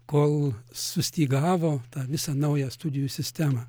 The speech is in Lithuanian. kol sustygavo visą naują studijų sistemą